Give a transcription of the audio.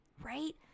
right